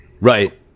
Right